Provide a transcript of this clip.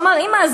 שהוא אמר: אימא,